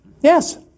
Yes